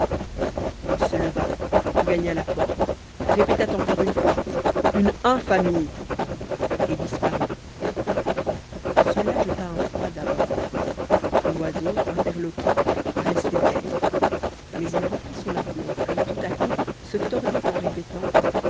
il se leva gagna la porte répéta encore une fois une infamie et disparut cela jeta un froid d'abord loiseau interloqué restait bête mais il reprit son aplomb puis tout à coup se tordit en répétant